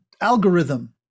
algorithm